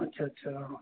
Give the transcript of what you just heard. আচ্ছা আচ্ছা অঁ